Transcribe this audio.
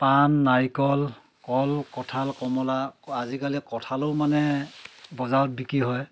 পাণ নাৰিকল কল কঁঠাল কমলা আজিকালি কঁঠালও মানে বজাৰত বিক্ৰী হয়